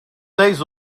dez